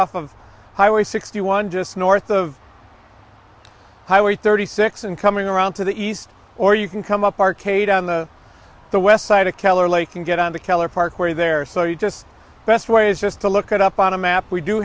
off of highway sixty one just north of highway thirty six and coming around to the east or you can come up arcade on the the west side of keller lake and get on the keller parkway there so you just best way is just to look at up on a map we do